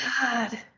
God